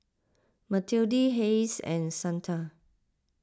Matilde Hayes and Santa